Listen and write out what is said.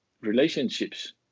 relationships